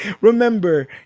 Remember